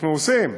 אנחנו עושים: